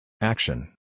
Action